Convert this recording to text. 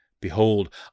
Behold